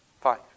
Five